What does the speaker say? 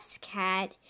cat